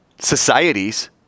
societies